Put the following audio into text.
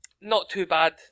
not-too-bad